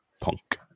Punk